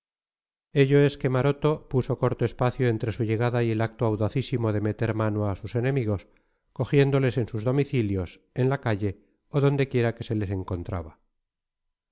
ello es que maroto puso corto espacio entre su llegada y el acto audacísimo de meter mano a sus enemigos cogiéndoles en sus domicilios en la calle o donde quiera que se les encontraba